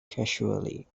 casually